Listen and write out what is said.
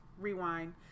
rewind